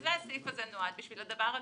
זה הסעיף הזה נועד, בשביל הדבר הזה.